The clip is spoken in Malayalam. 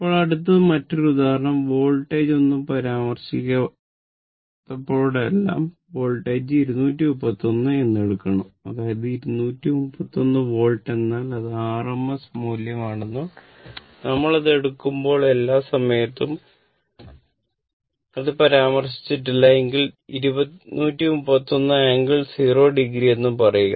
ഇപ്പോൾ അടുത്തത് മറ്റൊരു ഉദാഹരണം വോൾടേജ് ഒന്നും പരാമർശിക്കാത്തപ്പോഴെല്ലാം വോൾടേജ് 231 എന്ന് എടുക്കണം അതായത് 231 വോൾട്ട് എന്നാൽ അത് ആർഎംഎസ് മൂല്യം ആണെന്നും നമ്മൾ അത് എടുക്കുമ്പോൾ എല്ലാ സമയത്തും അത് പരാമർശിച്ചിട്ടില്ല എങ്കിൽ 231 ആംഗിൾ 0 o എന്ന് പറയുക